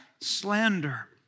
slander